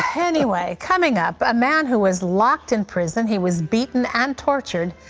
anyway, coming up, a man who was locked in prison, he was beaten and tortured,